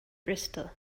bristol